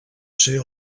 ser